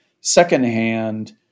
secondhand